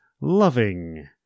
loving